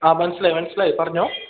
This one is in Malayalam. ആ മനസ്സിലായി മനസ്സിലായി പറഞ്ഞോ